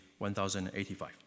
1085